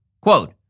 quote